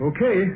Okay